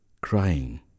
crying